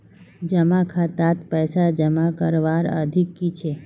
जमा खातात पैसा जमा करवार अवधि की छे?